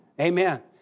Amen